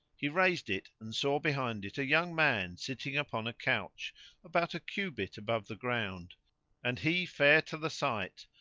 he raised it and saw behind it a young man sitting upon a couch about a cubit above the ground and he fair to the sight,